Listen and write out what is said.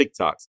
TikToks